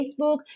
Facebook